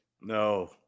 No